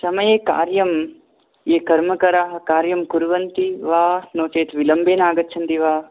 समये कार्यं ये कर्मकराः कार्यं कुर्वन्ति वा नो चेत् विलम्बेन आगच्छन्ति वा